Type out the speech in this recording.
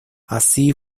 así